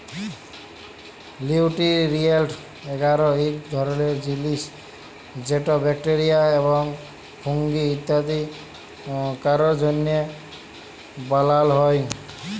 লিউটিরিয়েল্ট এগার ইক ধরলের জিলিস যেট ব্যাকটেরিয়া এবং ফুঙ্গি তৈরি ক্যরার জ্যনহে বালাল হ্যয়